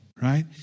right